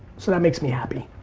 so that makes me happy.